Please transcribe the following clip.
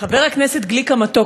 חבר הכנסת גליק המתוק,